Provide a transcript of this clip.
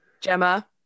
Gemma